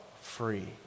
free